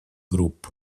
групп